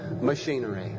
machinery